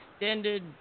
extended